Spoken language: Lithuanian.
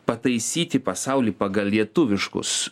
pataisyti pasaulį pagal lietuviškus